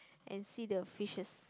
and see the fishes